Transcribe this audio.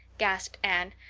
gasped anne.